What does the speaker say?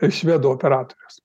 švedų operatorius